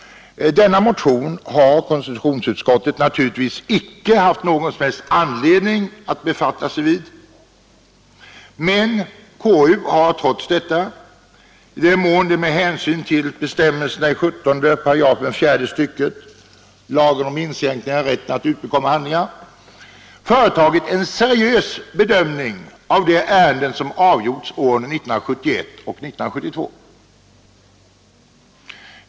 Denna motion har konstitutionsutskottet naturligtvis icke haft någon anledning att befatta sig med, men utskottet har trots detta — i den mån det varit möjligt med hänsyn till bestämmelserna i 17 § fjärde stycket lagen om inskränkningar i rätten att utbekomma handlingar — företagit en seriös bedömning av de ärenden som avgjorts under 1971 och 1972.